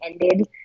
ended